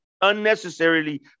unnecessarily